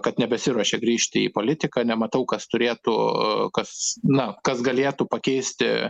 kad nebesiruošia grįžti į politiką nematau kas turėtų kas na kas galėtų pakeisti